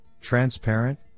transparent